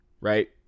Right